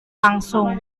langsung